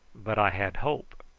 but i had hope.